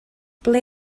ble